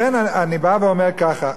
לכן אני בא ואומר ככה: